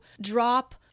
drop